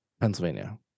Pennsylvania